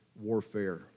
warfare